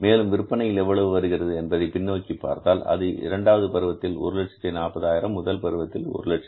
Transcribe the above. மேலும் விற்பனையில் எவ்வளவு வருகிறது என்பதை பின்னோக்கிப் பார்த்தால் அது இரண்டாவது பருவத்தில் 140000 முதல் பருவம் 120000